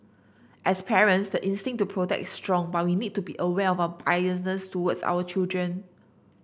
as parents the instinct to protect is strong but we need to be aware of biases towards our children